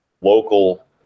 local